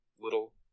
little